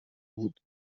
بود